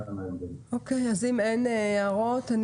אם אין הערות,